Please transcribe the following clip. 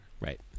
Right